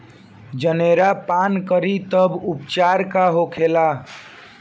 जनेरा पान करी तब उपचार का होखेला?